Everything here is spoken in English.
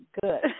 good